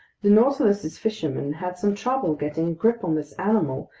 the nautilus's fishermen had some trouble getting a grip on this animal,